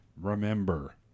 remember